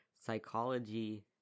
Psychology